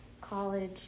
college